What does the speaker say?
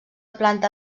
planta